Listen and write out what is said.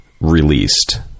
released